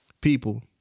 people